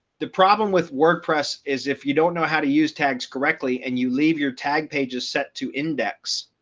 the problem with wordpress is if you don't know how to use tags correctly, and you leave your tag pages set to index,